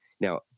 Now